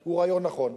הוא רעיון נכון.